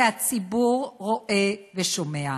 כי הציבור רואה ושומע,